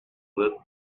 that